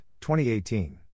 2018